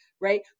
right